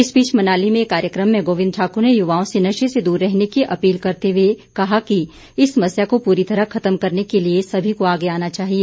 इस बीच मनाली में एक कार्यक्रम में गोविंद ठाकुर ने युवाओं से नशे से दूर रहने की अपील करते हुए कहा कि इस समस्या को पूरी तरह खत्म करने के लिए सभी को आगे आना चाहिए